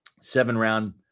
seven-round